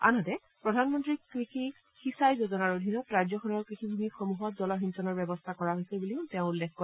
আনহাতে প্ৰধানমন্তী কৃষি সীচাই যোজনাৰ অধীনত ৰাজ্যখনৰ কৃষিভূমি সমূহত জলসিঞ্চনৰ ব্যৱস্থা কৰা হৈছে বুলিও তেওঁ উল্লেখ কৰে